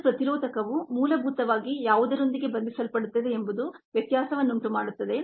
ಒಂದು ಪ್ರತಿರೋಧಕವು ಮೂಲಭೂತವಾಗಿ ಯಾವುದರೊಂದಿಗೆ ಬಂಧಿಸಲ್ಪಡುತ್ತದೆ ಎಂಬುದು ವ್ಯತ್ಯಾಸವನ್ನುಂಟುಮಾಡುತ್ತದೆ